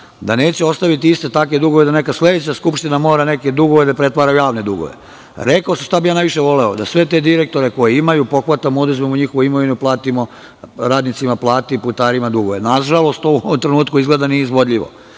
da neće ostaviti iste takve dugove da neka sledeća Skupština mora neke dugove da pretvara u javne dugove. Rekao sam šta bih ja najviše voleo, da te sve direktore koji imaju pohvatamo, oduzmemo njihovu imovinu, platimo radnicima plate i putarima dugove. Nažalost, to u ovom trenutku izgleda nije izvodljivo.